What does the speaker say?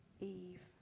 Eve